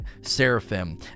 Seraphim